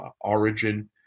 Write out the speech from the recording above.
origin